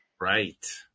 Right